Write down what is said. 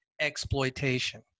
exploitation